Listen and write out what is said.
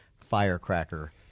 firecracker